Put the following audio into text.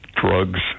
drugs